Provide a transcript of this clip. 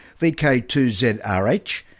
VK2ZRH